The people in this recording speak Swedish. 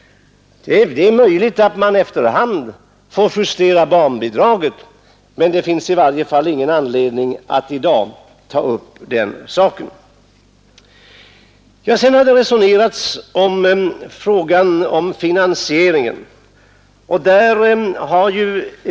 Det är möjligt att man efter hand får justera barnbidraget, men det finns i varje fall ingen anledning att i dag ta upp den frågan. Vidare har finansieringsfrågan debatterats.